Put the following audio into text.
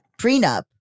prenup